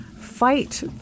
fight